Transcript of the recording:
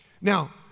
Now